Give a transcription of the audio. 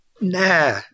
Nah